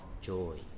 joy